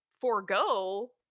forego